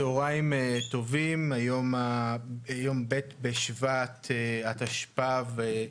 צוהריים טובים, היום ב' בשבט התשפ"ב,